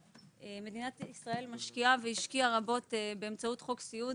מדינת ישראל משקיעה והשקיעה רבות באמצעות חוק סיעוד,